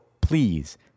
please